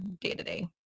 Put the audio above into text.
day-to-day